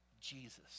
Jesus